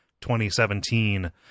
2017